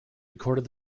recorded